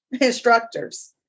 instructors